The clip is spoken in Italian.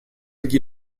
gli